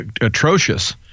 atrocious